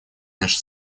нашей